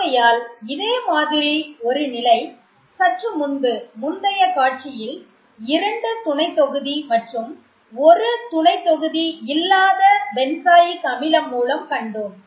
ஆகையால் இதே மாதிரி ஒரு நிலை சற்று முன்பு முந்தைய காட்சியில் 2 துணைத்தொகுதி மற்றும் ஒரு துணை தொகுதி இல்லாத பென்சாயிக் அமிலம் மூலம் கண்டோம்